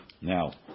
Now